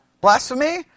blasphemy